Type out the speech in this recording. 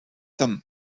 them